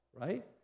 right